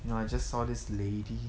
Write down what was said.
you know I just saw this lady